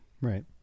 Right